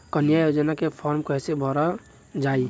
कन्या योजना के फारम् कैसे भरल जाई?